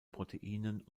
proteinen